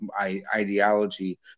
ideology